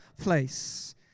place